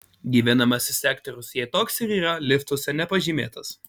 gyvenamasis sektorius jei toks ir yra liftuose nepažymėtas